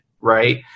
right